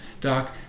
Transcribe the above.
Doc